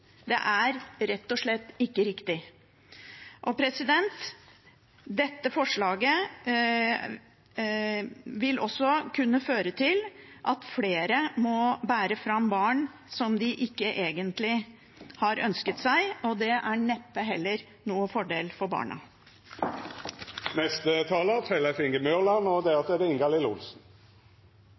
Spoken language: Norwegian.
Det er rett og slett ikke riktig. Dette forslaget vil også kunne føre til at flere må bære fram barn som de ikke egentlig har ønsket seg. Det er neppe noen fordel for barna heller. Spørsmålet om abort er kanskje det